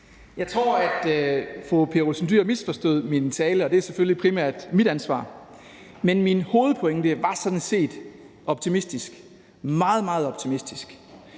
Jeg tror, at fru Pia Olsen Dyhr misforstod min tale, og det er selvfølgelig primært mit ansvar. Men min hovedpointe var sådan set optimistisk,